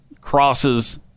crosses